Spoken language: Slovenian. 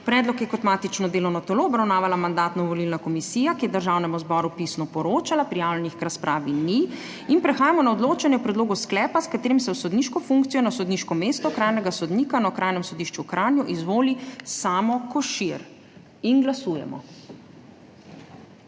Predlog je kot matično delovno telo obravnavala Mandatno-volilna komisija, ki je Državnemu zboru pisno poročala. Prijavljenih k razpravi ni. Prehajamo na odločanje o predlogu sklepa, s katerim se v sodniško funkcijo na sodniško mesto okrajne sodnice na Okrajnem sodišču v Kopru izvoli mag. Tanja Smiljanić. Glasujemo.